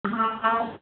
ହଁ ହଁ